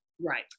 right